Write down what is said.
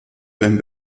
beim